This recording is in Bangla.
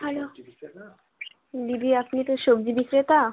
হ্যালো দিদি আপনি তো সবজি বিক্রেতা